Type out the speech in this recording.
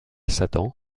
satan